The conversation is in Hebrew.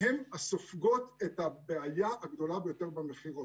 הן הסופגות את הבעיה הגדולה ביותר במכירות.